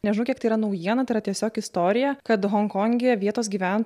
nežinau kiek tai yra naujiena tai yra tiesiog istorija kad honkonge vietos gyven